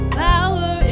power